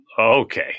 Okay